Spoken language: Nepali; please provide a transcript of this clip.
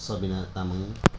सबिना तामाङ